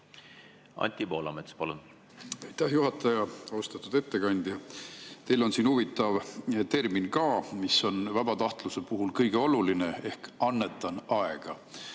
Anti Poolamets, palun! Aitäh, juhataja! Austatud ettekandja! Teil on siin huvitav termin, mis on vabatahtluse puhul kõige olulisem, ehk "annetan aega".